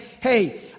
hey